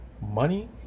money